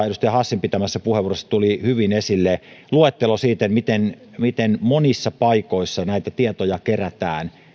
edustaja hassin pitämässä vihreiden puheenvuorossa hyvin esille luettelo siitä miten miten monissa paikoissa näitä tietoja kerätään